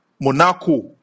Monaco